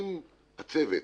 אם הצוות,